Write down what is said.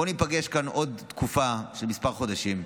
בואי ניפגש כאן עוד תקופה של כמה חודשים,